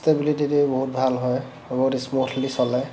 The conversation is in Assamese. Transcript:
ষ্টেবিলিটিটো বহুত ভাল হয় বহুত স্মুথলি চলে